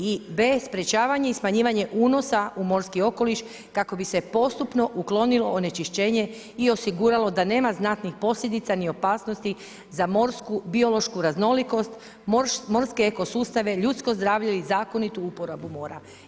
I B. sprječavanje i smanjivanje unosa u morski okoliš kako bi se postupno uklonilo onečišćenje i osiguralo da nema znatnih posljedica, ni opasnosti, za morsku biološku raznolikost, morske eko sustave, ljudsko zdravlje i zakonitu uporabu mora.